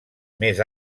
més